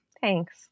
Thanks